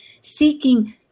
seeking